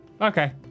Okay